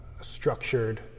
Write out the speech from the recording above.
structured